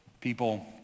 people